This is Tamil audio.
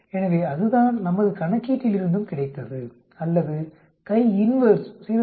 எனவே அதுதான் நமது கணக்கீட்டிலிருந்தும் கிடைத்தது அல்லது CHI INV 0